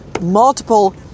multiple